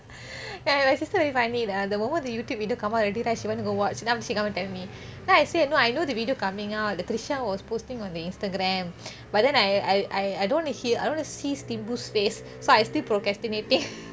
ya my sister very funny lah the moment the Youtube video come out already right she want to go watch then after that she come and tell me then I said I know the video coming out the trisha was uh posting on the Instagram but then I I I don't want to hear I don't want to see simbu's face so I still procrastinating